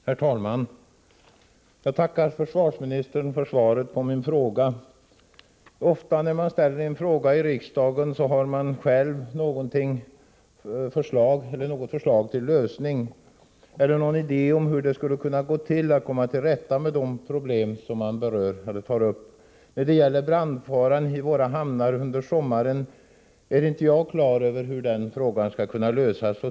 Herr talman! Jag tackar försvarsministern för svaret på min fråga. Ofta när man ställer en fråga i riksdagen har man själv något förslag till lösning eller någon idé om hur det skulle kunna gå till att komma till rätta med det problem som berörs. När det gäller brandfaran i våra hamnar under sommaren är dock inte jag på det klara med hur den frågan skall kunna lösas.